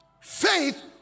Faith